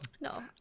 No